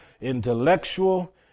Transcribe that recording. intellectual